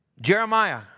Jeremiah